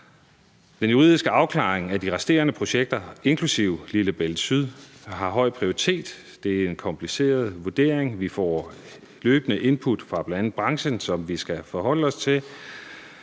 Den juridiske afklaring af de resterende projekter, inklusive Lillebælt Syd, har høj prioritet. Det er en kompliceret vurdering, og vi får løbende input fra bl.a. branchen, som vi skal forholde os til.